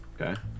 Okay